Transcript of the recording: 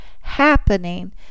happening